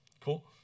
Cool